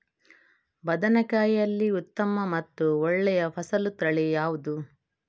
ಬದನೆಕಾಯಿಯಲ್ಲಿ ಉತ್ತಮ ಮತ್ತು ಒಳ್ಳೆಯ ಫಸಲು ತಳಿ ಯಾವ್ದು?